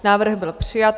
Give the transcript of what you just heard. Návrh byl přijat.